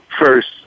first